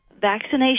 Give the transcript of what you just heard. vaccination